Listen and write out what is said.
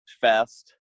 fast